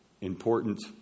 important